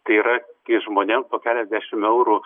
tai yra kai žmonėms po keliasdešim eurų